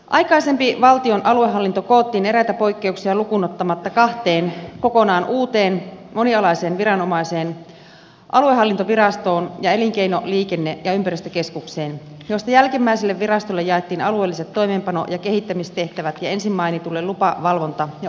aikaisempi valtion aluehallinto koottiin eräitä poikkeuksia lukuun ottamatta kahteen kokonaan uuteen monialaiseen viranomaiseen aluehallintovirastoon ja elinkeino liikenne ja ympäristökeskukseen joista jälkimmäiselle virastolle jaettiin alueelliset toimeenpano ja kehittämistehtävät ja ensin mainitulle lupa valvonta ja oikeusturvatehtävät